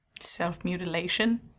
Self-mutilation